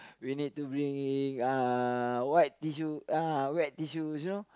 you need to bring uh wet tissue ah wet tissue you know